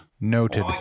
Noted